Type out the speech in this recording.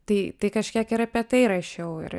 tai tai kažkiek ir apie tai rašiau ir